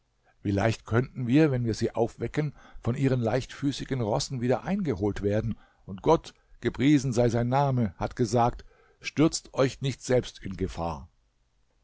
leicht könnten wir wenn wir sie aufwecken von ihren leichtfüßigen rossen wieder eingeholt werden und gott gepriesen sei sein name hat gesagt stürzt euch nicht selbst in gefahr